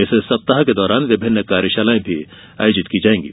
इस सप्ताह के दौरान विभिन्न कार्यशालाएं भी आयोजित की जाएंगी